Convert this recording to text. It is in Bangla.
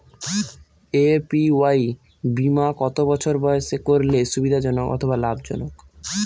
এ.পি.ওয়াই বীমা কত বছর বয়সে করলে সুবিধা জনক অথবা লাভজনক?